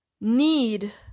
need